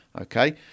Okay